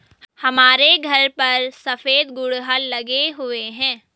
हमारे घर पर सफेद गुड़हल लगे हुए हैं